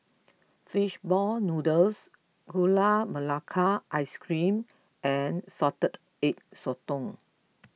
Fishball Noodles Gula Melaka Ice Cream and Salted Egg Sotong